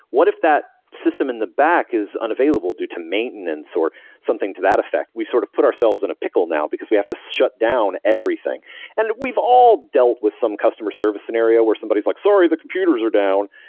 what if that system in the back is unavailable due to maintenance, or something to that effect? we sort of put ourselves in a pickle now, because we have to shut down everything and we've all dealt with some customer service scenario, where somebody's like, sorry, the computers are down,